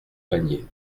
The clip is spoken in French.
panier